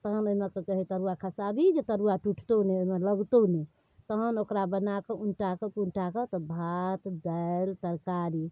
तहन ओहिमेके कहै तरुआ खसाबही जे तरुआ टुटतौ नहि ओहिमे लगतौ नहि तहन ओकरा बनाकऽ उल्टाके पुल्टाके तब भात दालि तरकारी